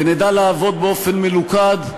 ונדע לעבוד באופן מלוכד,